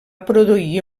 produir